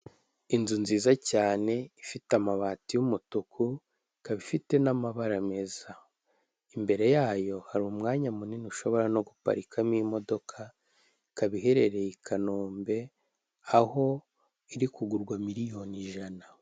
Inzu nziza cyane ifite amabati y'umutuku ikaba ifite n'amabara meza imbere yayo hari umwanya munini ushobora no guparikamo imodoka ikaba iherereye i kanombe aho iri kugurwa miliyoni ijana.